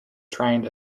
trained